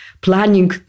planning